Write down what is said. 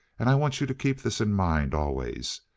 and i want you to keep this in mind always.